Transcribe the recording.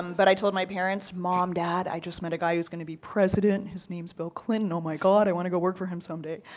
um but i told my parents, mom, dad, i just met a guy who's going to be president his name is bill clinton. oh, my god. i want to go work for him some day.